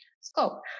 scope